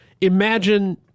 imagine